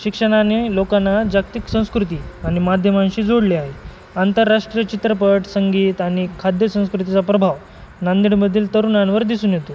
शिक्षणाने लोकांना जागतिक संस्कृती आणि माध्यमांशी जोडले आहे आंतरराष्ट्रीय चित्रपट संगीत आणि खाद्यसंस्कृतीचा प्रभाव नांदेडमधील तरुणांवर दिसून येतो